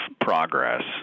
progress